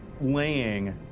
laying